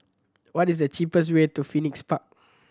what is the cheapest way to Phoenix Park